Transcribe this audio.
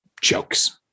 jokes